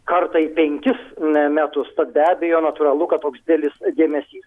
kartą į penkis me metus tad be abejo natūralu kad toks didelis dėmesys